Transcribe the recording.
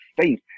faith